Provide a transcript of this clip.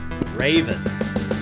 Ravens